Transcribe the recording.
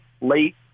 late